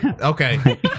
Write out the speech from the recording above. okay